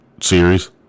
Series